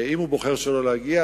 אם הוא בוחר שלא להגיע,